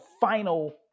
final